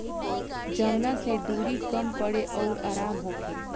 जवना से दुरी कम पड़े अउर आराम होखे